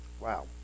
Wow